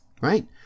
right